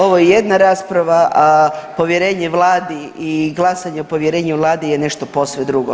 Ovo je jedna rasprava, a povjerenje vladi i glasanje o povjerenju vladi je nešto posve drugo.